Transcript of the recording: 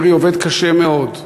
קרי עובד קשה מאוד.